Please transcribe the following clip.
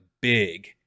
big